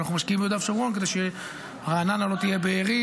ואנחנו משקיעים ביהודה ושומרון כדי שרעננה לא תהיה בארי,